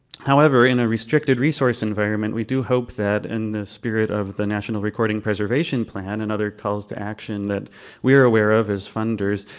however, in a restricted resource environment we do hope that in the spirit of the national recording preservation plan, and all other calls to action that we are aware of as funders,